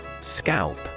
Scalp